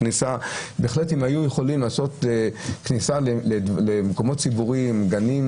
בהחלט אם היו יכולים לעשות כניסה למקומות ציבוריים ולגנים